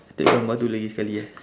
that gambar itu lagi sekali eh